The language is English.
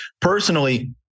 personally